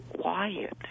quiet